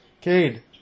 Cade